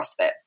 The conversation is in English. CrossFit